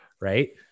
Right